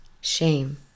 shame